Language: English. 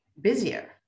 busier